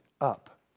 up